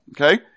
Okay